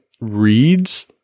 reads